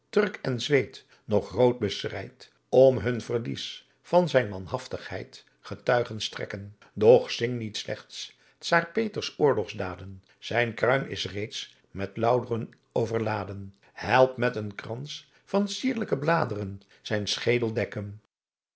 en zweed nog rood beschreid om hun verlies van zijn manhaftigheid getuigen strekken doch zing niet slechts czaar peters oorlogsdaên zijn kruin is reeds met laauwren overlaên help met een krans van cierelijker blaên zijn schedel dekken